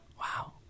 wow